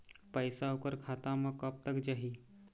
पैसा ओकर खाता म कब तक जाही?